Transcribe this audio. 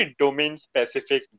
domain-specific